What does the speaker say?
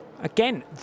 Again